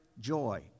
joy